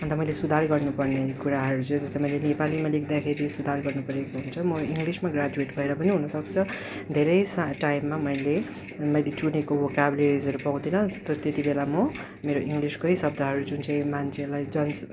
अन्त मैले सुधार गर्नु पर्ने कुराहरू चाहिँ जस्तो मैले नेपालीमा लेख्दाखेरि सुधार गर्नुपरेको हुन्छ म इङ्ग्लिसमा ग्र्याज्युएट भएर पनि हुन सक्छ धेरै सा टाइममा मैले मैले चुनेको कार्बेजहरू पाउँदिन यस्तो त्यतिबेला म मेरो इङ्ग्लिसकै शब्दहरू जुन चाहिँ मान्छेलाई जन्